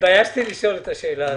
התביישתי לשאול את השאלה הזו.